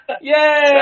Yay